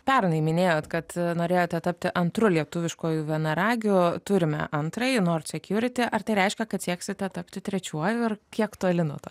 pernai minėjot kad norėjote tapti antru lietuviškuoju vienaragiu turime antrąjį nort sekiurity ar tai reiškia kad sieksite tapti trečiuoju ar kiek toli nuo to